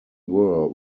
were